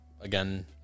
again